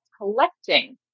collecting